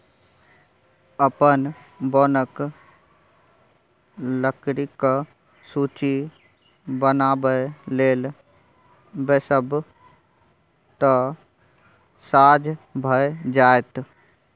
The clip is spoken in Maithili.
अपन बोनक लकड़ीक सूची बनाबय लेल बैसब तँ साझ भए जाएत